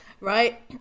right